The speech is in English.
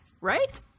Right